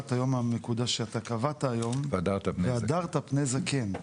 היום המקודש שאתה קבעת היום 'והדרת פני זקן',